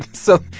so,